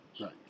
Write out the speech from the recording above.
Right